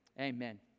Amen